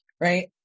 right